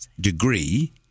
degree